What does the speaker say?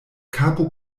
kapo